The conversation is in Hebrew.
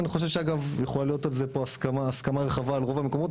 ואני חושב שאגב יכולה להיות על זה פה הסכמה רחבה על רוב המקומות,